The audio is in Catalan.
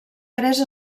tres